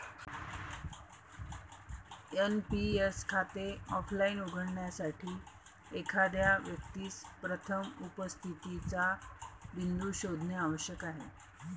NPS खाते offline उघडण्यासाठी, एखाद्या व्यक्तीस प्रथम उपस्थितीचा बिंदू शोधणे आवश्यक आहे